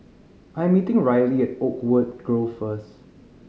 I'm meeting Rylee at Oakwood Grove first